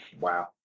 Wow